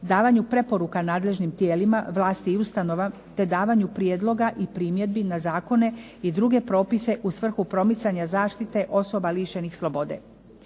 davanju preporuka nadležnim tijelima vlasti i ustanova te davanju prijedloga i primjedbi na zakone i druge propise u svrhu promicanja zaštite osoba lišenih slobode.